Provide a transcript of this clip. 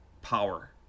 power